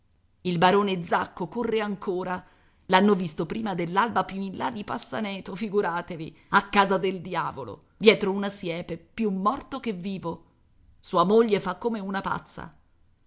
il barone zacco corre ancora l'hanno visto prima dell'alba più in là di passaneto figuratevi a casa del diavolo dietro una siepe più morto che vivo sua moglie fa come una pazza